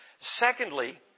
Secondly